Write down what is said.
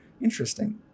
interesting